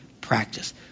practice